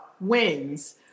wins